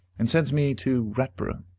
and sends me to ratborough,